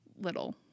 little